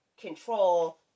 control